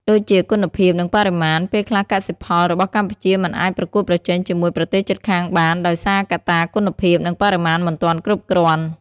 ដូចជា គុណភាព និងបរិមាណ ពេលខ្លះកសិផលរបស់កម្ពុជាមិនអាចប្រកួតប្រជែងជាមួយប្រទេសជិតខាងបាន ដោយសារកត្តាគុណភាព និងបរិមាណមិនទាន់គ្រប់គ្រាន់។